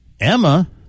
Emma